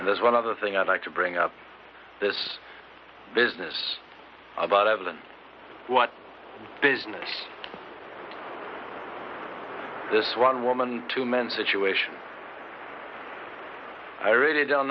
and there's one other thing i'd like to bring up this business about evelyn what business is this one woman to men situation i really don't